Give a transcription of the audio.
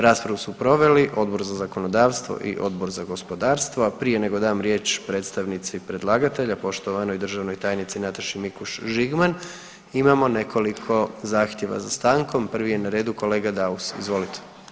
Raspravu su proveli Odbor za zakonodavstvo i Odbor za gospodarstvo, a prije nego dam riječ predstavnici predlagatelja poštovanoj državnoj tajnici Nataši Mikuš Žigman imamo nekoliko zahtjeva za stankom, prvi je na redu kolega Daus, izvolite.